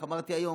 איך אמרתי היום?